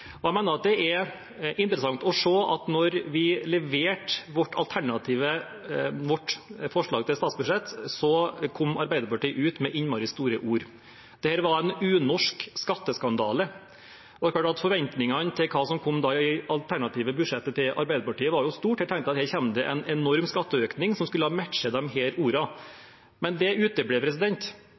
mener at det er interessant å se at da vi leverte vårt forslag til statsbudsjett, kom Arbeiderpartiet ut med innmari store ord. Dette var en «unorsk skatteskandale». Det er klart at forventningene til hva som da kom i det alternative budsjettet til Arbeiderpartiet, var store. Jeg tenkte at her kommer det en enorm skatteøkning som skulle matche disse ordene, men det uteble.